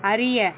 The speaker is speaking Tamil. அறிய